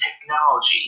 technology